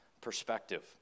perspective